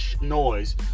noise